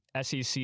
SEC